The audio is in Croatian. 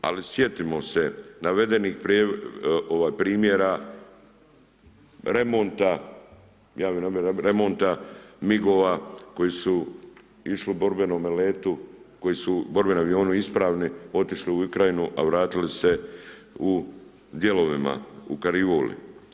Ali sjetimo se navedenih primjera remonta, javnoj nabavi remonta, migova koji su išli u borbenome letu, koji su u borbenom avionu ispravni otišli u Ukrajinu a vratili su se u dijelovima, u karivoli.